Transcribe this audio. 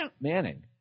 Manning